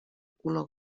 color